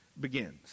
begins